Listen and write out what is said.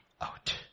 out